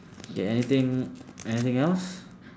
K anything anything else